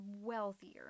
wealthier